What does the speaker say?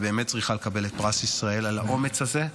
היא באמת צריכה לקבל את פרס ישראל על האומץ הזה.